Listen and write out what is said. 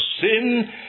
sin